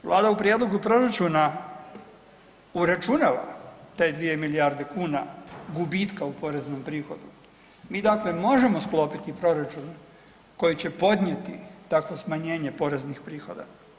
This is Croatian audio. Vlada u prijedlogu proračuna uračunava te 2 milijarde kuna gubitka u poreznom prihodu, mi dakle možemo sklopiti proračun koji će podnijeti takvo smanjenje poreznih prihoda.